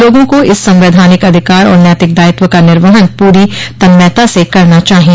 लोगों को इस संवैधानिक अधिकार और नैतिक दायित्व का निर्वहन प्ररी तन्मयता से करना चाहिए